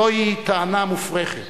זוהי טענה מופרכת.